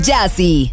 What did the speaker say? Jazzy